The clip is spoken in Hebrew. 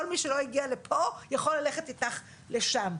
כל מי שלא הגיע לפה יכול ללכת איתך לשם.